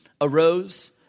arose